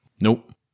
Nope